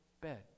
bed